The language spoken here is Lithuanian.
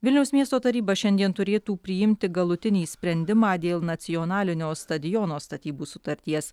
vilniaus miesto taryba šiandien turėtų priimti galutinį sprendimą dėl nacionalinio stadiono statybų sutarties